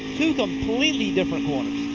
two completely different corners.